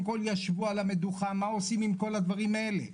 כול ישבו על המדוכה מה עושים עם כל הדברים האלה.